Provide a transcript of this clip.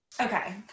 okay